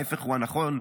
ההפך הוא הנכון: